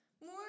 more